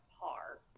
par